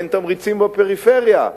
תן תמריצים בפריפריה,